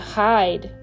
hide